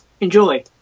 enjoy